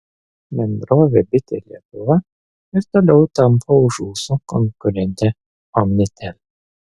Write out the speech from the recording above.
bendrovė bitė lietuva ir toliau tampo už ūsų konkurentę omnitel